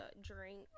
drink